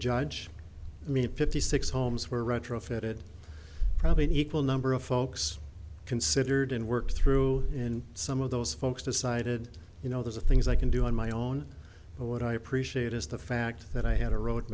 judge me fifty six homes were retrofitted probably an equal number of folks considered and worked through and some of those folks decided you know there are things i can do on my own but what i appreciate is the fact that i had a road